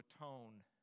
atone